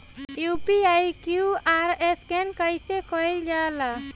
UPI QR scan कइसे कईल जा ला?